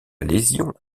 lésion